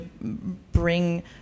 bring